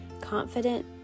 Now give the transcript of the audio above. confident